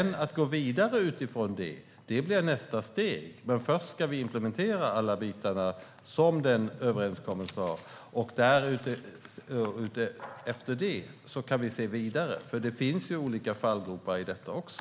Nästa steg blir att gå vidare, men först ska vi implementera alla bitar som finns i överenskommelsen. Därefter kan vi se vidare, för det finns olika fallgropar i detta också.